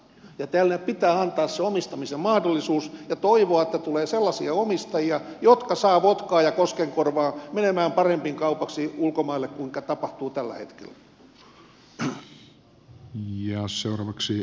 tälle pitää antaa se omistamisen mahdollisuus ja toivoa että tulee sellaisia omistajia jotka saavat votkaa ja koskenkorvaa menemään kaupaksi ulkomaille paremmin kuin tapahtuu tällä hetkellä